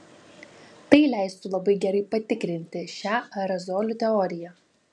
tai leistų labai gerai patikrinti šią aerozolių teoriją